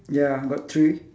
ya got three